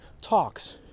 talks